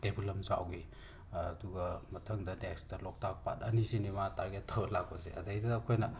ꯀꯩꯕꯨꯜ ꯂꯝꯖꯥꯎꯒꯤ ꯑꯗꯨꯒ ꯃꯊꯪꯗ ꯅꯦꯛꯁꯇ ꯂꯣꯛꯇꯥꯛ ꯄꯥꯠ ꯑꯅꯤꯁꯤꯅꯦ ꯃꯥꯅ ꯇꯥꯔꯖꯦꯠ ꯇꯧꯔ ꯂꯥꯛꯄꯁꯦ ꯑꯗꯩꯗꯨꯗ ꯑꯩꯈꯣꯏꯅ